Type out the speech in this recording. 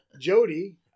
Jody